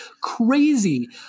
crazy